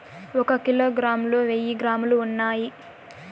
ఒక కిలోగ్రామ్ లో వెయ్యి గ్రాములు ఉన్నాయి